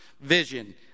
vision